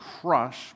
crush